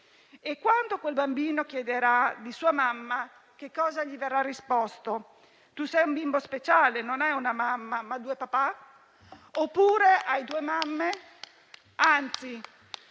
E, quando quel bambino chiederà di sua mamma, cosa gli verrà risposto? Tu sei un bimbo speciale: non hai una mamma, ma due papà. Oppure hai due mamme.